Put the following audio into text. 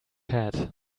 hat